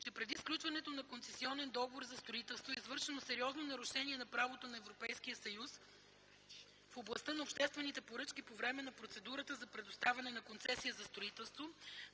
че преди сключването на концесионен договор за строителство е извършено сериозно нарушение на правото на Европейския съюз в областта на обществените поръчки по време на процедурата за предоставяне на концесия за строителство,